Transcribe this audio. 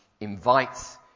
invites